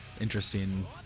Interesting